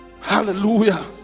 Hallelujah